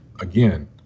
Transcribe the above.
Again